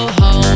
home